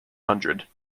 hundred